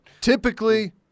Typically